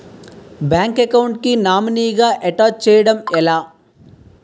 Bank account కి nominee గా attach చేయడం ఎలా?